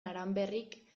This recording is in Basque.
aranberrik